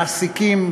מעסיקים,